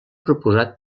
proposat